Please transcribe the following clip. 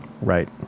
Right